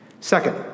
Second